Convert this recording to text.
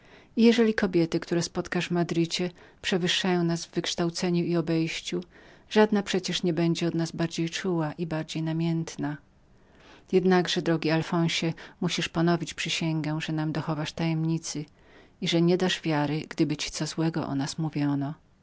i jeżeli kobiety madryckie przewyższają nas w wykształceniu i obejściu żadna jednak nie będzie w stanie więcej cię kochać od nas nas jednakże drogi aflonsiealfonsie musisz jeszcze raz ponowić przysięgę że nam dochowasz tajemnicy i nie dasz wiary gdyby ci co złego o nas mówiono